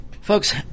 Folks